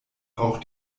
auch